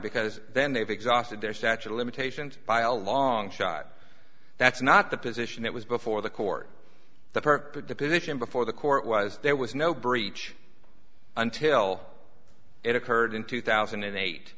because then they've exhausted their statute of limitations by a long shot that's not the position that was before the court the part that the position before the court was there was no breach until it occurred in two thousand and eight